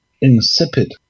insipid